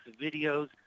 videos